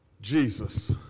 Jesus